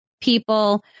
people